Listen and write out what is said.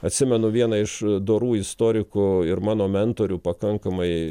atsimenu vieną iš dorų istorikų ir mano mentorių pakankamai